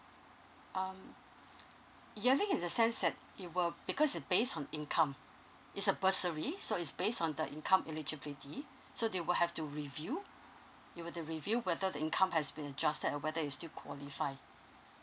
um yearly in the sense that it will because it's based on income it's a bursary so is based on the income eligibility so they will have to review they were to review whether the income has been adjusted or whether is still qualify